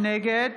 נגד